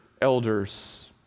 elders